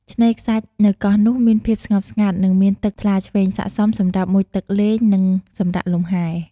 ឆ្នេរខ្សាច់នៅកោះនោះមានភាពស្ងប់ស្ងាត់ និងមានទឹកថ្លាឈ្វេង ស័ក្តិសមសម្រាប់មុជទឹកលេង និងសម្រាកលំហែ។